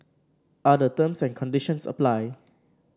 other terms and conditions apply